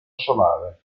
solare